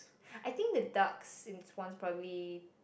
I think the ducks since once probably